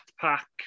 Pack